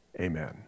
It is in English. Amen